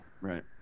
Right